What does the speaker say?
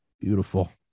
beautiful